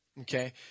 Okay